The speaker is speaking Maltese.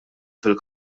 fil